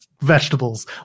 vegetables